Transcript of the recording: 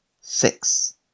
six